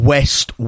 West